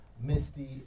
Misty